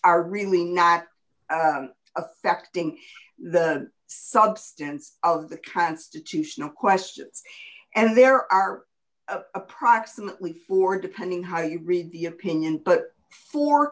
are really not affecting the substance of the constitutional questions and there are approximately four depending how you read the opinion but for